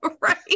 right